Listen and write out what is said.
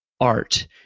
art